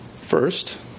First